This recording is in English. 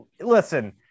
Listen